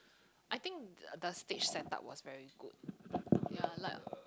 I think the stage set up was very good ya like